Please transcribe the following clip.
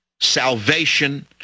salvation